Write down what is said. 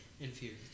infused